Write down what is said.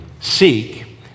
Seek